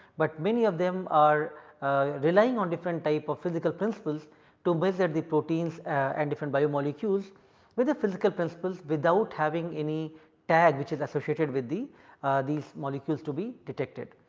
but many of them are relying on different type of physical principles to measure the proteins and different bio molecules with the physical principles without having any tag which is associated with the these molecules to be detected.